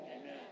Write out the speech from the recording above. Amen